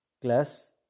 class